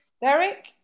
Derek